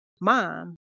mom